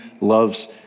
loves